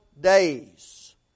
days